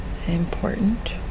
important